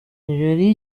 nigeria